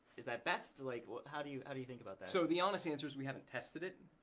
is that best? like how do you and you think about that? so the honest answer is we haven't tested it